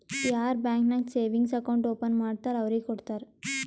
ಯಾರ್ ಬ್ಯಾಂಕ್ ನಾಗ್ savings account open ಮಾಡ್ತಾರ್ ಅವ್ರಿಗ ಕೊಡ್ತಾರ್